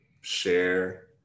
share